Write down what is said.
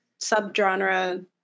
subgenre